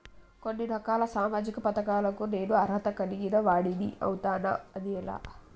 కొన్ని రకాల సామాజిక పథకాలకు నేను అర్హత కలిగిన వాడిని అవుతానా? అది ఎలా?